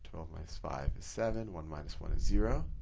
minus five is seven. one minus one is zero.